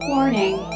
Warning